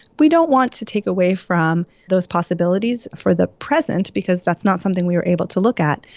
we don't want to take away from those possibilities for the present because that's not something we were able to look at.